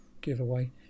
giveaway